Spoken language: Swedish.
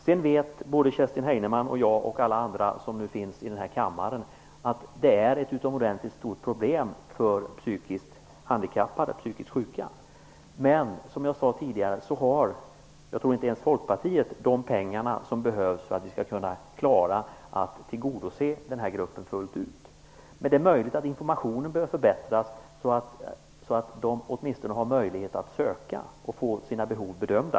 Sedan vet Kerstin Heinemann och jag och alla andra som finns i denna kammare att det finns utomordentligt stora problem för psykiskt handikappade och psykiskt sjuka. Men som jag sade tidigare tror jag inte ens att Folkpartiet har de pengar som behövs för att vi skall kunna klara att tillgodose denna grupp fullt ut. Det är dock möjligt att informationen bör förbättras så att de åtminstone har möjlighet att söka och få sina behov bedömda.